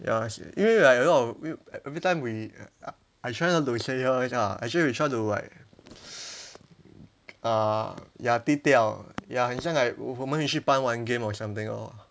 ya 因为 like a lot of we everytime we uh I try not to say here ah actually we try to like uh ya 低调 ya 很像 like 我们回去班玩 game or something lor